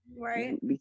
Right